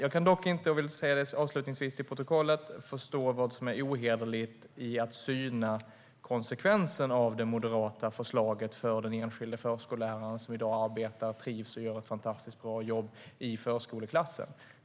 Avslutningsvis vill jag dock för protokollet säga att jag inte kan förstå vad som är ohederligt i att syna konsekvensen av den moderata förslaget för den enskilde förskolläraren som i dag arbetar, trivs och gör ett fantastiskt bra jobb i förskoleklassen.